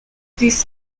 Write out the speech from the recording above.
this